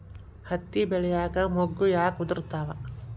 ಹತ್ತಿ ಬೆಳಿಯಾಗ ಮೊಗ್ಗು ಯಾಕ್ ಉದುರುತಾವ್?